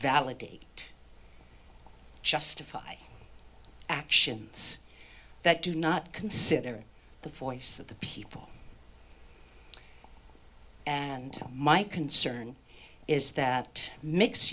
validate justify actions that do not consider the voice of the people and my concern is that mi